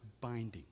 binding